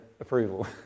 approval